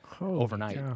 overnight